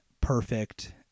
perfect